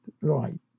right